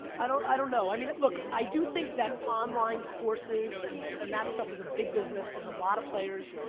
i don't i don't know. i mean, look, i do think that online courses and and that stuff is a big business, there's a lot of players,